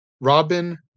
Robin